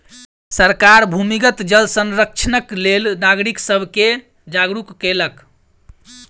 सरकार भूमिगत जल संरक्षणक लेल नागरिक सब के जागरूक केलक